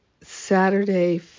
Saturday